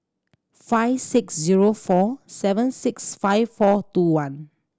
five six zero four seven six five four two one